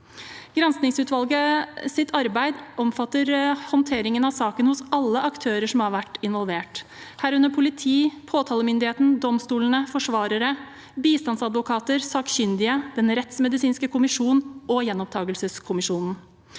Granskingsutvalgets arbeid omfatter håndteringen av saken hos alle aktører som har vært involvert, herunder politiet, påtalemyndigheten, domstolene, for svarere, bistandsadvokater, sakkyndige, Den rettsmedisinske kommisjon og gjenopptakelseskommisjonen.